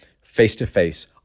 face-to-face